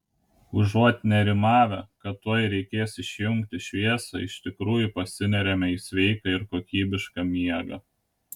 užuot nerimavę kad tuoj reikės išjungti šviesą iš tikrųjų pasineriame į sveiką ir kokybišką miegą